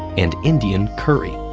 and indian curry.